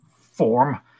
form